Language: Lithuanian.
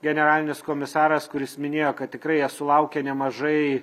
generalinis komisaras kuris minėjo kad tikrai jie sulaukia nemažai